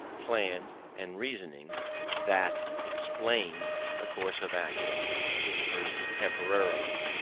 plans, and reasonings that explains the course of action dispersed temporally,